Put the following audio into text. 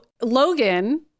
Logan